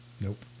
nope